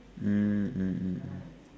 mm mm mm mm